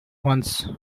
once